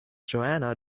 johanna